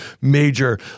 major